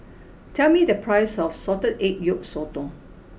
tell me the price of Salted Egg Yolk Sotong